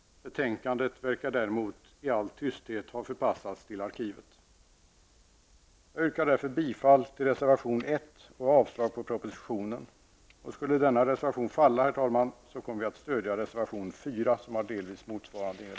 Betänkandet verkar däremot i all tysthet ha förpassats till arkivet. Jag yrkar därför bifall till reservation 1 och avslag på propositionen. Skulle denna reservation falla, herr talman, kommer vi att stödja reservation 4, som delvis har motsvarande krav.